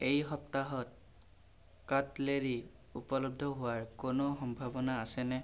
এই সপ্তাহত কাটলেৰী উপলব্ধ হোৱাৰ কোনো সম্ভাৱনা আছেনে